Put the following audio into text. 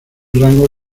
rango